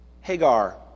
Hagar